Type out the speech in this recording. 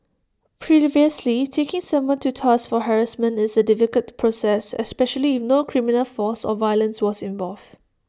previously taking someone to task for harassment is A difficult process especially if no criminal force or violence was involved